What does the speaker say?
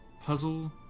puzzle